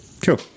Cool